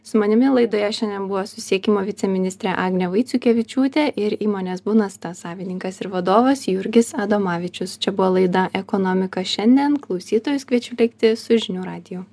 su manimi laidoje šiandien buvo susisiekimo viceministrė agnė vaiciukevičiūtė ir įmonės bunasta savininkas ir vadovas jurgis adomavičius čia buvo laida ekonomika šiandien klausytojus kviečiu likti su žinių radiju